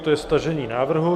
To je stažení návrhu.